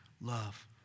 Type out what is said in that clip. love